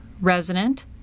Resident